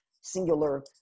singular